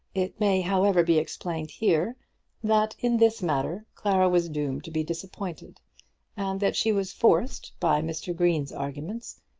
it may, however, be explained here that in this matter clara was doomed to be disappointed and that she was forced, by mr. green's arguments,